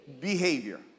behavior